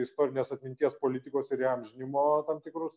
istorinės atminties politikos ir įamžinimo tam tikrus